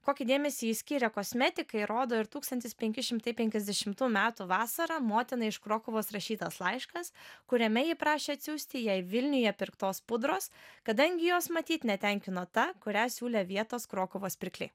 kokį dėmesį ji skirė kosmetikai rodo ir tūkstantis penki šimtai penkiasdešimtų metų vasarą motinai iš krokuvos rašytas laiškas kuriame ji prašė atsiųsti jai vilniuje pirktos pudros kadangi jos matyt netenkino ta kurią siūlė vietos krokuvos pirkliai